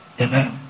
Amen